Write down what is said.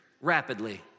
rapidly